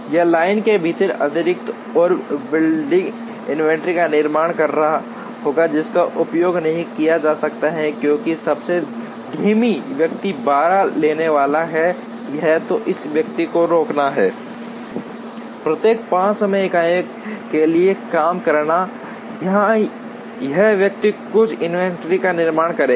या लाइन के भीतर अतिरिक्त और बिल्डिंग इन्वेंट्री का निर्माण कर रहा होगा जिसका उपभोग नहीं किया जा सकता है क्योंकि सबसे धीमा व्यक्ति 12 लेने वाला है या तो इस व्यक्ति को रोकना है प्रत्येक 5 समय इकाइयों के लिए काम करना या यह व्यक्ति कुछ इन्वेंट्री का निर्माण करेगा